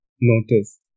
notice